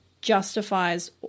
justifies